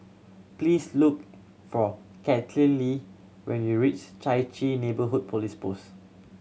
please look for Kathaleen when you reach Chai Chee Neighbourhood Police Post